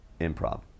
improv